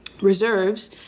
reserves